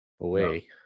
away